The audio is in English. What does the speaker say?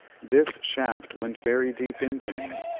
this shaft went very deep into me,